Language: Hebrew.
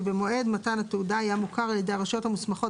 שבמועד מתן התעודה היה מוכר על ידי הרשויות המוסמכות